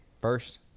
First